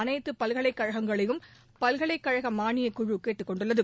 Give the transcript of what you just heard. அனைத்து பல்கலைக் கழகங்களையும் பல்கலைக் கழக மாளியக்குழு கேட்டுக்கொண்டுள்ளது